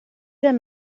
der